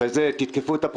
אחרי זה את הפרקליטים,